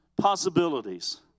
possibilities